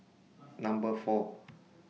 Number four